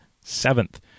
seventh